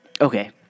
Okay